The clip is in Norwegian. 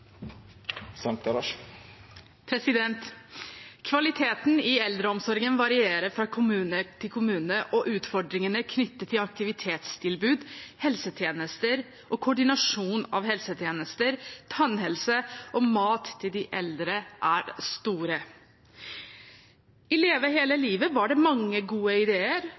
til. Kvaliteten i eldreomsorgen varierer fra kommune til kommune, og utfordringene knyttet til aktivitetstilbud, helsetjenester og koordinasjon av helsetjenester, tannhelse og mat til de eldre er store. I Leve hele livet var det mange gode ideer.